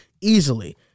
easily